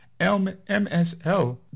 MSL